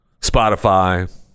spotify